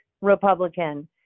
Republican